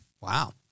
Wow